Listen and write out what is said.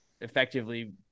effectively